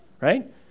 Right